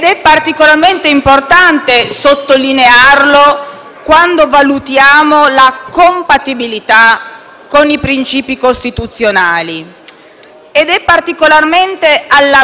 È particolarmente importante sottolinearlo quando valutiamo la compatibilità con i princìpi costituzionali